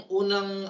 unang